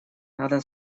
надо